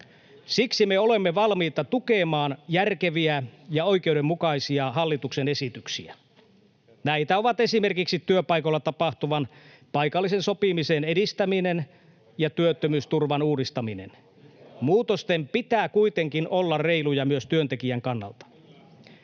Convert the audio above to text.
Siksi me olemme valmiita tukemaan järkeviä ja oikeudenmukaisia hallituksen esityksiä. Näitä ovat esimerkiksi työpaikoilla tapahtuvan paikallisen sopimisen edistäminen ja työttömyysturvan uudistaminen. Muutosten pitää kuitenkin olla reiluja myös työntekijän kannalta.